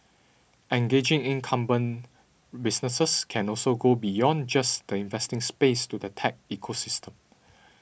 engaging incumbent businesses can also go beyond just the investing space to the tech ecosystem